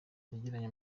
yagiranye